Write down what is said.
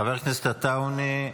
חבר הכנסת עטאונה,